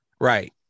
right